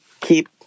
keep